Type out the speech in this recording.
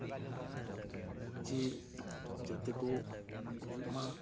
ᱡᱮ ᱡᱟᱛᱮ ᱠᱚ ᱜᱩᱡᱩᱜ ᱢᱟ